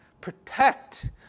Protect